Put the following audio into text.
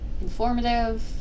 informative